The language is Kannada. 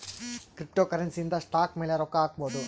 ಕ್ರಿಪ್ಟೋಕರೆನ್ಸಿ ಇಂದ ಸ್ಟಾಕ್ ಮೇಲೆ ರೊಕ್ಕ ಹಾಕ್ಬೊದು